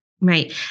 right